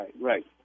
right